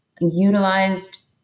utilized